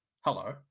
hello